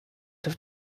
have